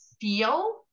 feel